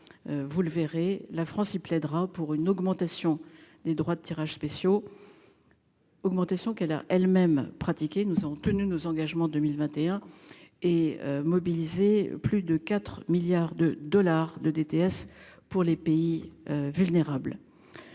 Vous le verrez. La France, il plaidera pour une augmentation des droits de tirage spéciaux. Augmentation qu'elle a elle-même pratiqué, nous avons tenu nos engagements 2021 et mobilisé plus de 4 milliards de dollars de DTS pour les pays vulnérables.